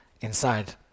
inside